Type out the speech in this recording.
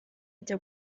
ajya